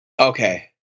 Okay